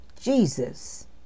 Jesus